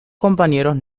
compañeros